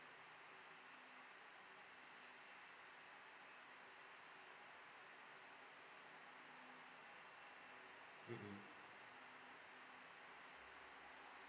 mm mm